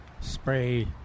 spray